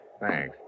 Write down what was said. Thanks